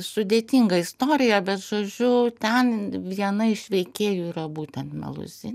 sudėtinga istorija bet žodžiu ten viena iš veikėjų yra būtent meluzini